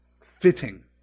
fitting